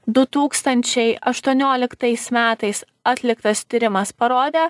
du tūkstančiai aštuonioliktais metais atliktas tyrimas parodė